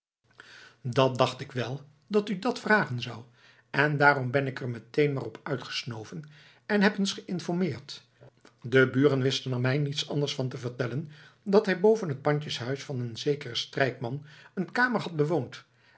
dat dacht ik wel dat u dat vragen zou en daarom ben ik er meteen maar op uitgesnoven en heb eens geïnformeerd de buren wisten er mij niets anders van te vertellen dan dat hij boven het pandjeshuis van een zekeren strijkman een kamer had bewoond